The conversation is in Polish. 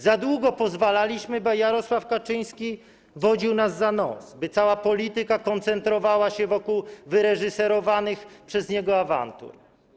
Za długo pozwalaliśmy, by Jarosław Kaczyński wodził nas za nos, by cała polityka koncentrowała się wokół wyreżyserowanych przez niego awantur.